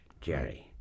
Jerry